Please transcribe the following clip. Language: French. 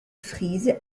frise